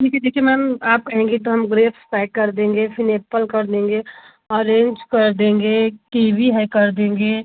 देखिए मैम आप कहेंगी तो हम ग्रेप्स पैक कर देंगे फिर एप्पल कर देंगे ऑरेन्ज कर देंगे कीवी है कर देंगे